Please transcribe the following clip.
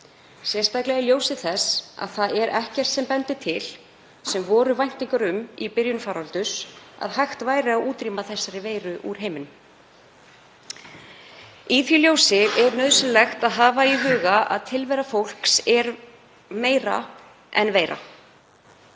sérstaklega í ljósi þess að það er ekkert sem bendir til, sem voru væntingar um í byrjun faraldurs, að hægt væri að útrýma þessari veiru úr heiminum. Í því ljósi er nauðsynlegt að hafa í huga að tilvera fólks er meira en veira.